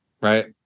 Right